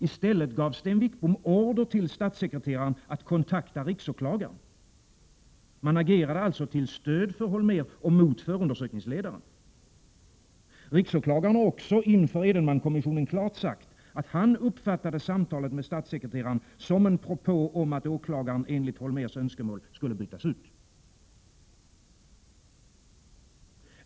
I stället gav Sten Wickbom order till statssekreteraren att kontakta riksåklagaren. Man agerade alltså till stöd för Holmér och mot förundersökningsledaren. Riksåklagaren har inför Edenmankommissionen klart sagt, att han uppfatta de samtalet med statssekreteraren som en propå om att åklagaren enligt Holmérs önskemål skulle bytas ut.